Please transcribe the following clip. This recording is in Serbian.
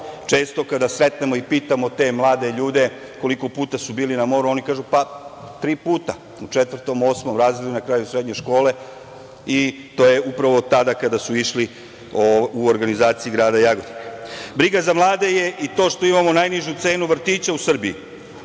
Često kada sretnemo i pitamo te mlade ljude koliko puta su bili na moru oni kažu – pa, tri puta. U četvrtom, osmom i na kraju srednje škole. To je upravo tada kada su išli u organizaciji grada Jagodine. Briga za mlade je i to što imamo najnižu cenu vrtića u Srbiji.